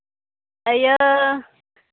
ᱤᱭᱟᱹ